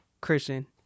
Christian